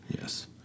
Yes